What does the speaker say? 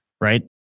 right